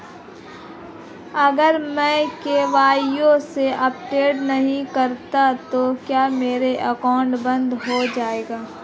अगर मैं KYC update नहीं करता तो क्या मेरा अकाउंट बंद हो जाएगा?